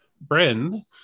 Bryn